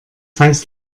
heißt